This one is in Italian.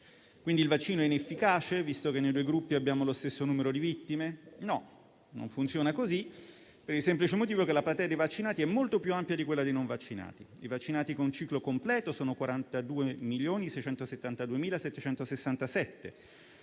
Quindi il vaccino è inefficace, visto che nei due gruppi abbiamo lo stesso numero di vittime? No, non funziona così, per il semplice motivo che la platea dei vaccinati è molto più ampia di quella dei non vaccinati. I vaccinati con ciclo completo sono 42.672.767,